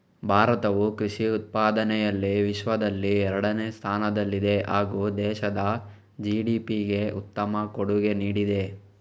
ಭಾರತವು ಕೃಷಿ ಉತ್ಪಾದನೆಯಲ್ಲಿ ವಿಶ್ವದಲ್ಲಿ ಎರಡನೇ ಸ್ಥಾನದಲ್ಲಿದೆ ಹಾಗೂ ದೇಶದ ಜಿ.ಡಿ.ಪಿಗೆ ಉತ್ತಮ ಕೊಡುಗೆ ನೀಡಿದೆ